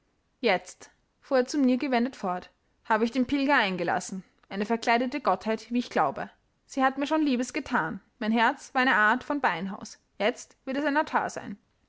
jetzt fuhr er zu mir gewendet fort habe ich den pilger eingelassen eine verkleidete gottheit wie ich glaube sie hat mir schon liebes gethan mein herz war eine art von beinhaus jetzt wird es ein